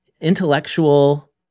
intellectual